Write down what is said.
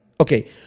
Okay